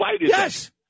Yes